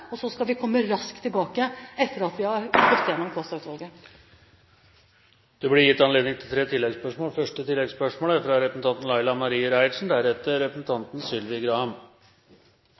Og så skal vi komme raskt tilbake etter at vi har gått igjennom Kaasa-utvalgets innstilling. Det blir gitt anledning til tre oppfølgingsspørsmål – først representanten Laila Marie